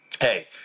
hey